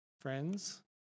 Friends